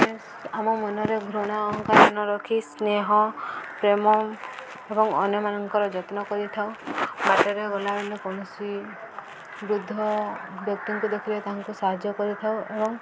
ଆମ ମନରେ ଘୃଣା ଅହଙ୍କାର ନ ରଖି ସ୍ନେହ ପ୍ରେମ ଏବଂ ଅନ୍ୟମାନଙ୍କର ଯତ୍ନ କରିଥାଉ ବାଟରେ ଗଲାବେଳେ କୌଣସି ବୃଦ୍ଧ ବ୍ୟକ୍ତିଙ୍କୁ ଦେଖିଲେ ତାଙ୍କୁ ସାହାଯ୍ୟ କରିଥାଉ ଏବଂ